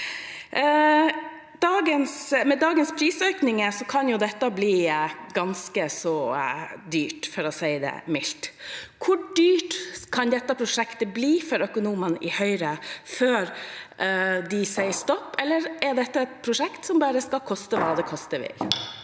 Med dagens prisøkninger kan dette bli ganske så dyrt, for å si det mildt. Hvor dyrt kan dette prosjektet bli før økonomene i Høyre sier stopp? Eller er dette et prosjekt som bare skal koste hva det koste